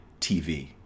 TV